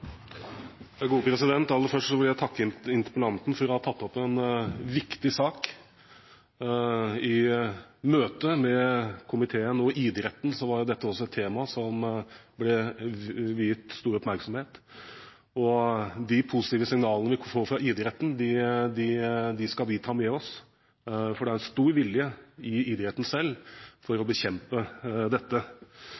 Aller først vil jeg takke interpellanten for å ha tatt opp en viktig sak. I møtet mellom komiteen og idretten var dette et tema som ble viet stor oppmerksomhet. De positive signalene vi får fra idretten, skal vi ta med oss. Det er innen idretten selv stor vilje til å bekjempe dette. Kampfiksing er ikke et nytt problem – problemet er at det er økende. Som en som er glad i